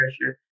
pressure